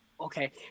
okay